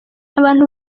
abantu